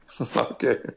Okay